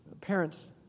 Parents